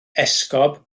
esgob